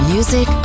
Music